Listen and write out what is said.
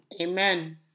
amen